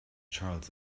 charles